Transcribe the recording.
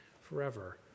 forever